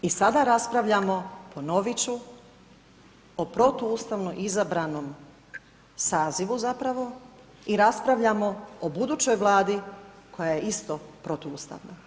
I sada raspravljamo, ponovit ću o protuustavno izabranom sazivu zapravo i raspravljamo o budućoj vladi koja je isto protuustavna.